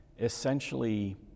essentially